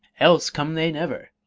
else come they never!